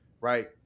right